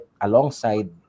alongside